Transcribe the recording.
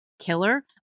killer